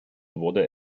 wurde